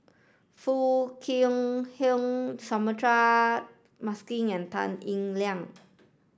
Foo Kwee Horng Suratman Markasan and Tan Eng Liang